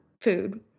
food